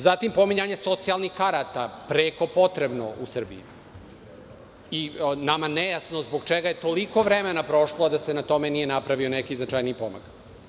Zatim, pominjanje socijalnih karata, preko potrebno u Srbiji i nama nejasno zbog čega je toliko vremena prošlo, a da se na tome nije napravio neki značajniji pomak.